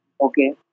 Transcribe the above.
Okay